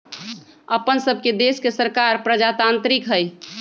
अप्पन सभके देश के सरकार प्रजातान्त्रिक हइ